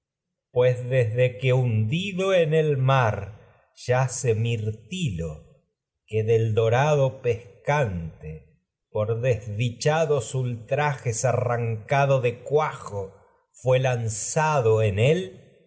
pues desde que hundido del el yace mirtilo que dorado pescante por desdichados ultrajes arrancado de cuajo fué lanzado en él